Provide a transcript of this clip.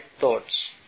thoughts